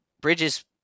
Bridges